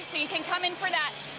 you can come in for that.